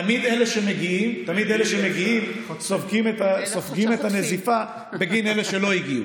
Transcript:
תמיד אלה שמגיעים סופגים את הנזיפה בגין אלה שלא הגיעו.